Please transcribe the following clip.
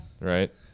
Right